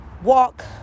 walk